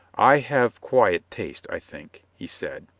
i have quiet tastes, i think, he said.